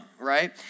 right